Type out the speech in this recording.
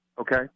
Okay